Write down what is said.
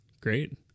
Great